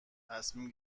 تصمیم